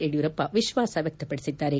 ಯಡಿಯೂರಪ್ಪ ವಿಶ್ವಾಸ ವ್ಯಕ್ತಪಡಿಸಿದ್ದಾರೆ